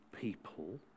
people